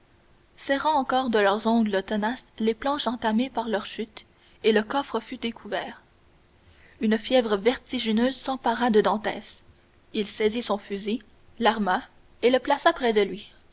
serrant encore de leurs ongles tenaces les planches entamées par leur chute et le coffre fut découvert une fièvre vertigineuse s'empara de dantès il saisit son fusil l'arma et le plaça près de lui